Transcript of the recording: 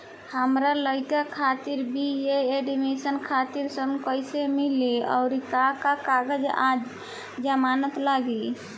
हमार लइका खातिर बी.ए एडमिशन खातिर ऋण कइसे मिली और का का कागज आ जमानत लागी?